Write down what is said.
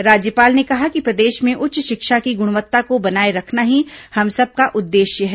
राज्यपाल ने कहा कि प्रदेश में उच्च शिक्षा की गुणवत्ता को बनाए रखना ही हम सबका उद्देश्य है